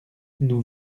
nous